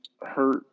hurt